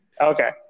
Okay